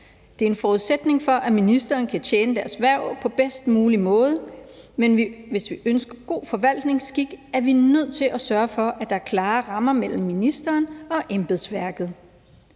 Det er en forudsætning for, at ministeren kan tjene sit hverv på den bedst mulige måde. Men hvis vi ønsker god forvaltningsskik, er vi nødt til at sørge for, at der er klare rammer for ministeren og embedsværket.